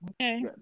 Okay